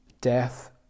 Death